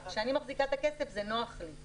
כשאני מחזיקה את הכסף זה נוח לי.